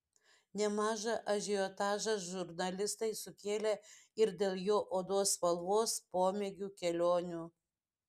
nemažą ažiotažą žurnalistai sukėlė ir dėl jo odos spalvos pomėgių kelionių